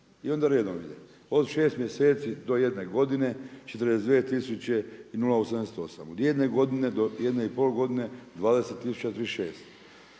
I onda redom idemo od 6 mjeseci do 1 godine, 42078, od jedne godine, do jedne i pol godine 20036.